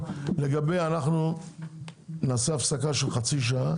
הישיבה ננעלה בשעה